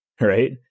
Right